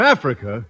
Africa